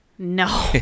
No